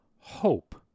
hope